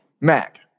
Mac